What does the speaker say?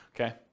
Okay